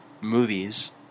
movies